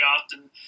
often